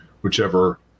Whichever